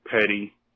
petty